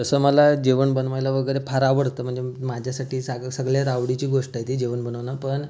तसं मला जेवण बनवायला वगैरे फार आवडतं म्हणजे माझ्यासाठी सागं सगळ्यात आवडीची गोष्ट आहे ती जेवण बनवणं पण